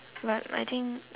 but I think